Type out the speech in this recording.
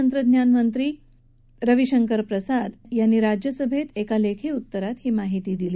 तंत्रज्ञान मंत्री रविशंकर प्रसाद यांनी राज्यसभेत एका लेखी उत्तरात ही माहिती दिली